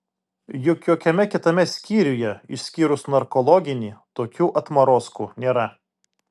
juk jokiame kitame skyriuje išskyrus narkologinį tokių atmarozkų nėra